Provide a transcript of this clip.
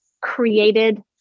created